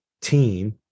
team